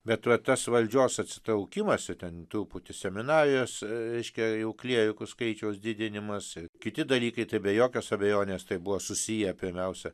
bet va tas valdžios atsitraukimas ir ten truputį seminarijos reiškia jau klierikų skaičiaus didinimas ir kiti dalykai tai be jokios abejonės tai buvo susiję pirmiausia